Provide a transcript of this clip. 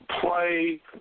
play